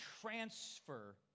transfer